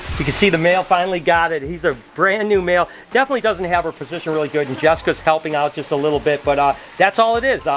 see the male finally got it. he's a brand new male. definitely doesn't have her positioned really good, and jessica's helping out just a little bit, but that's all it is! um